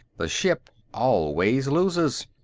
the ship always loses.